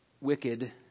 wicked